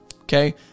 okay